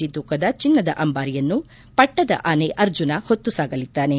G ತೂಕದ ಚಿನ್ನದ ಅಂಬಾರಿಯನ್ನು ಪಟ್ಷದ ಆನೆ ಅರ್ಜುನ ಹೊತ್ತು ಸಾಗಲಿದ್ದಾನೆ